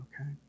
Okay